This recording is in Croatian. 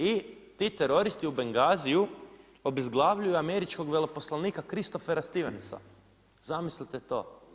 I ti teroristi u Bengaziu obezglavljuju američkog veleposlanika Christophera Stevensa, zamislite to.